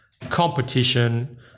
competition